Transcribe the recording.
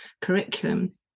curriculum